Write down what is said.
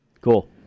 Cool